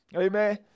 Amen